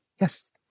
yes